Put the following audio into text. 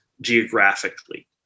geographically